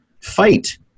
fight